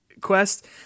quest